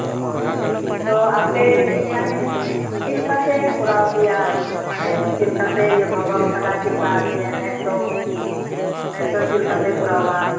ᱦᱮᱸ ᱦᱮᱸ ᱛᱚ ᱟᱯᱮ ᱢᱟᱱᱮ ᱪᱮᱫ ᱞᱮᱠᱟ ᱯᱮ ᱠᱚᱨᱟᱣ ᱜᱮᱭᱟ ᱢᱟᱱᱮ ᱪᱮᱫ ᱞᱮᱠᱟ ᱯᱮ ᱵᱷᱟᱵᱟᱣ ᱟᱠᱟᱫᱟ ᱪᱮᱫ ᱞᱮᱠᱟ ᱱᱮᱥ ᱫᱚ ᱱᱮᱥ ᱫᱚ ᱪᱮᱫ ᱞᱮᱠᱟ ᱯᱮ ᱠᱚᱨᱟᱣᱟ